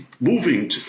moving